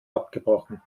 abgebrochen